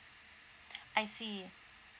I see